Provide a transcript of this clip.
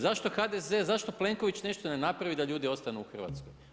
Zašto HDZ, zašto Plenković nešto ne napravi da ljudi ostanu u Hrvatskoj?